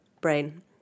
brain